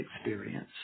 experience